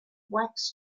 wax